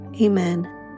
Amen